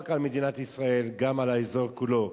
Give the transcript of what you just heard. לא רק על מדינת ישראל אלא גם על האזור כולו.